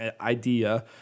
idea